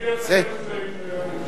אני אתאם את זה עם הממשלה,